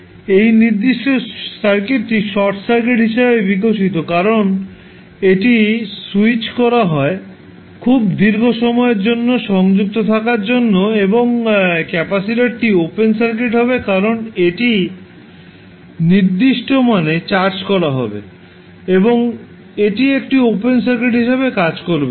এই নির্দিষ্ট সার্কিটটি শর্ট সার্কিট হিসাবে বিকশিত কারণ এটি স্যুইচ করা হয় খুব দীর্ঘ সময়ের জন্য সংযুক্ত থাকার জন্য এবং ক্যাপাসিটারটি ওপেন সার্কিট হবে কারণ এটি নির্দিষ্ট মানে চার্জ করা হবে এবং এটি একটি ওপেন সার্কিট হিসাবে কাজ করবে